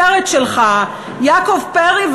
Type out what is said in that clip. בסרט שלך יעקב פרי,